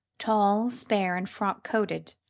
tall, spare and frock-coated,